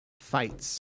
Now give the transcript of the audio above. fights